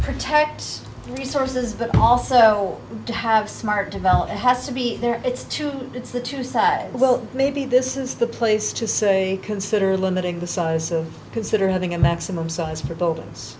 protect resources but also to have smart develop it has to be there it's too it's the two sides well maybe this is the place to say consider limiting the size of consider having a maximum size for buildings